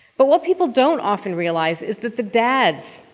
but what people don't often realize is that the dads,